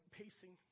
pacing